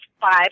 five